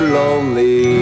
lonely